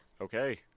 Okay